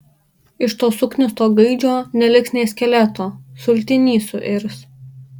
iš to suknisto gaidžio neliks nė skeleto sultiny suirs